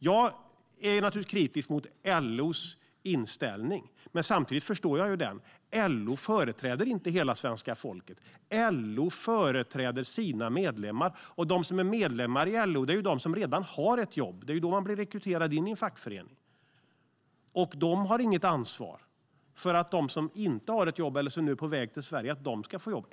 Jag är naturligtvis kritisk mot LO:s inställning, men samtidigt förstår jag den. LO företräder inte hela svenska folket. LO företräder sina medlemmar, och de som är medlemmar i LO är de som redan har ett jobb. Det är ju då man blir rekryterad in i en fackförening. LO har inget ansvar för att de som inte har ett jobb eller som nu är på väg till Sverige ska få jobb.